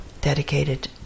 dedicated